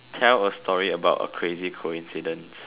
tell a story about a crazy coincidence